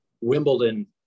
Wimbledon